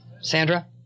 Sandra